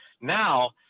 Now